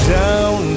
down